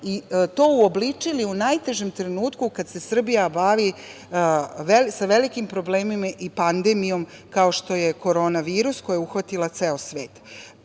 i to uobličili u najtežem trenutku kada se Srbija bavi velikim problemima i pandemijom kao što je korona virus koja je uhvatila ceo svet.